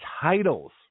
titles